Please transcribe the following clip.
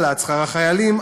העלאת שכר החיילים,